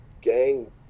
gang